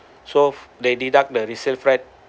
so they deduct the resale flat